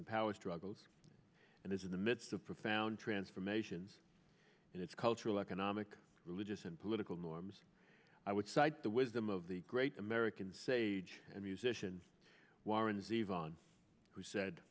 and power struggles and is in the midst of profound transformations in its cultural economic religious and political norms i would cite the wisdom of the great american sage and musician warren's eve on who said